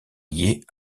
liée